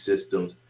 systems